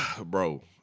Bro